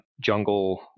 jungle